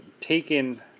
taken